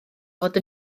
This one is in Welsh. fod